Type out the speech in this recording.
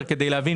מעלה אדומים,